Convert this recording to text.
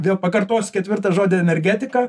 vėl pakartosiu ketvirtą žodį energetika